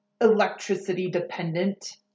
electricity-dependent